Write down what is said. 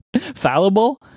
Fallible